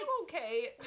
okay